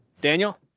Daniel